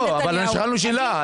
שאלנו שאלה,